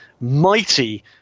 mighty